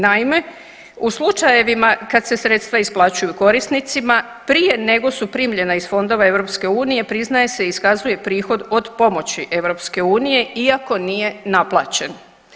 Naime, u slučajevima kad se sredstva isplaćuju korisnicima, prije nego su primljena iz fondova EU-a, priznaje se i iskazuje se prihod od pomoći EU-a iako nije naplaćen.